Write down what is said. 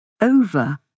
over